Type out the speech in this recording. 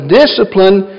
discipline